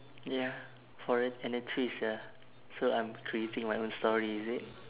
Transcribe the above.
ya for a and a twist ya so I'm creating my own story is it